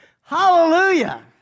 Hallelujah